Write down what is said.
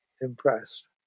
Impressed